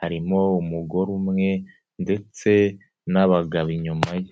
Harimo umugore umwe ndetse n'abagabo inyuma ye.